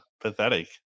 Pathetic